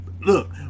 look